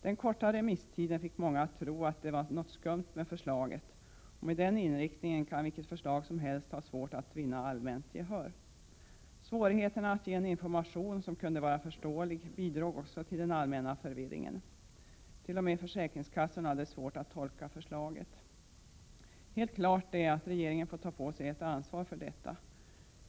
Den korta remisstiden fick många att tro att det var något skumt med förslaget, och med den inriktningen kan vilket förslag som helst ha svårt att vinna allmänt gehör. Också svårigheterna att ge en information som kunde vara förståelig bidrog till den allmänna förvirringen. T. o. m. försäkringskassorna har haft svårt att tolka förslaget. Helt klart är att regeringen får ta på sig ett ansvar för detta.